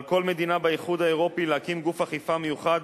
על כל מדינה באיחוד האירופי להקים גוף אכיפה מיוחד